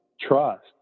trust